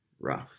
rough